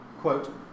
Quote